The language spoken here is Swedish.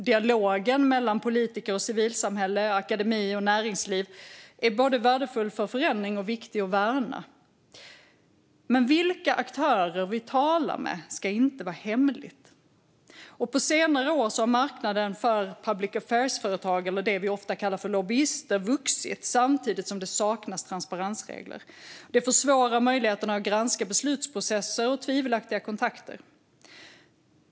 Dialogen mellan politiker och civilsamhälle och mellan akademi och näringsliv är både värdefull för förändring och viktig att värna, men vilka aktörer vi talar med ska inte vara hemligt. På senare år har marknaden för public affairs-företag - det vi ofta kallar lobbyister - vuxit, samtidigt som det saknas transparensregler. Det försvårar möjligheterna att granska beslutsprocesser och tvivelaktiga kontakter.